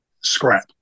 scrap